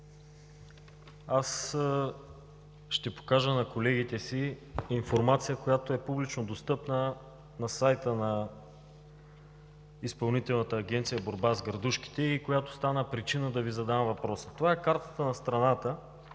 аз ще покажа на колегите си информация, която е публично достъпна на сайта на Изпълнителната агенция „Борба с градушките“ и която стана причина да Ви задам въпроса. Това е картата на страната